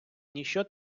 ніщо